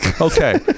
okay